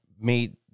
made